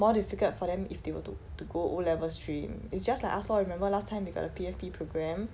more difficult for them if they were to to go O level stream it's just like us lor remember last time we got the P_F_P program